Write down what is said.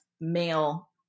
male